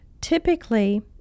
Typically